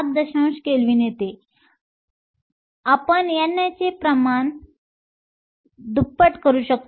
7 kelvin येते आपण ni चे प्रमाण दुप्पट करू शकतो